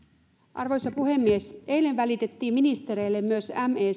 arvoisa puhemies eilen välitettiin ministereille myös me